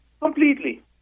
Completely